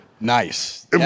Nice